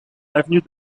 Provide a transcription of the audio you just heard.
avenue